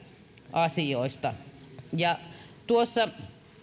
asioista